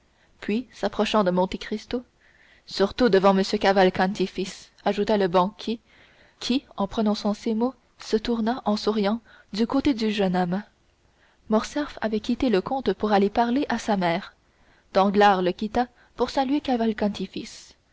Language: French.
puis s'approchant de monte cristo surtout devant m cavalcanti fils ajouta le banquier qui en prononçant ces mots se tourna en souriant du côté du jeune homme morcerf avait quitté le comte pour aller parler à sa mère danglars le quitta pour saluer cavalcanti